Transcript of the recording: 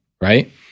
right